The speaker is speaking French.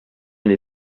n’ai